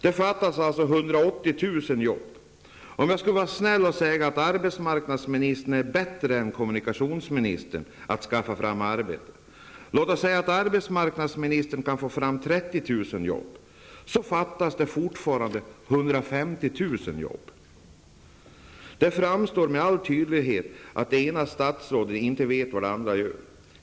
Det fattas alltså 180 000 jobb. Även om jag skulle vara snäll och säga att arbetsmarknadsministern är bättre än kommunikationsministern på att skaffa fram arbeten -- låt oss säga att arbetsmarknadsministern kan få fram 30 000 jobb -- så fattas det fortfarande 150 000 jobb. Det framgår med all tydlighet att det ena statsrådet inte vet vad det andra gör.